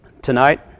tonight